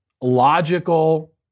logical